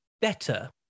better